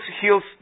heals